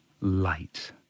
light